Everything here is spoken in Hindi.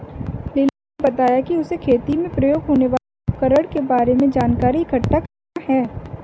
लिली ने बताया कि उसे खेती में प्रयोग होने वाले उपकरण के बारे में जानकारी इकट्ठा करना है